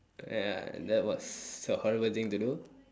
ya that was a horrible thing to do